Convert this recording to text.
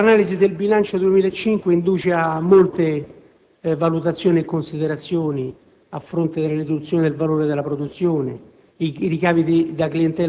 potrei affermare che l'analisi del bilancio 2005 induce a molte valutazioni e considerazioni a fronte delle riduzioni del valore della produzione.